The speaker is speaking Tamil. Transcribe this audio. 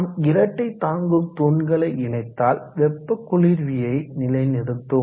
நாம் இரட்டை தாங்கும் தூண்களை இணைத்தால் வெப்ப குளிர்வியை நிலைநிறுத்தும்